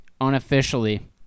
unofficially